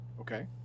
Okay